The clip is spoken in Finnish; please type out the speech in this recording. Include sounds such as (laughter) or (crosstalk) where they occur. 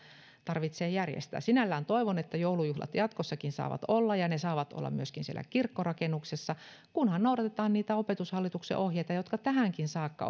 tarvitsee järjestää sinällään toivon että joulujuhlat jatkossakin saavat olla ja ne saavat olla myöskin siellä kirkkorakennuksessa kunhan noudatetaan niitä opetushallituksen ohjeita jotka tähänkin saakka (unintelligible)